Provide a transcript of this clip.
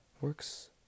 works